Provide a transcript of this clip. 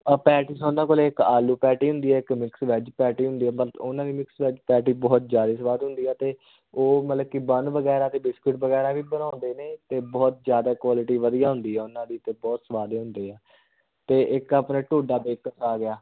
ਆ ਪੈਟੀਆਂ ਦਾ ਉਹਨਾਂ ਕੋਲ ਇੱਕ ਆਲੂ ਪੈਟੀ ਹੁੰਦੀ ਆ ਇੱਕ ਮਿਕਸ ਵੈਜ ਪੈਟੀ ਹੁੰਦੀ ਹੈ ਬਟ ਉਹਨਾਂ ਦੀ ਮਿਕਸ ਵੈਜ ਪੈਟੀ ਬਹੁਤ ਜ਼ਿਆਦਾ ਸਵਾਦ ਹੁੰਦੀ ਹੈ ਅਤੇ ਉਹ ਮਤਲਬ ਕਿ ਬੰਨ ਵਗੈਰਾ ਅਤੇ ਬਿਸਕੁਟ ਵਗੈਰਾ ਵੀ ਬਣਾਉਂਦੇ ਨੇ ਅਤੇ ਬਹੁਤ ਜ਼ਿਆਦਾ ਕੁਆਲਿਟੀ ਵਧੀਆ ਹੁੰਦੀ ਆ ਉਹਨਾਂ ਦੀ ਅਤੇ ਬਹੁਤ ਸਵਾਦ ਹੁੰਦੇ ਹੈ ਅਤੇ ਇੱਕ ਆਪਣੇ ਢੋਡਾ ਬੇਕਰਸ ਆ ਗਿਆ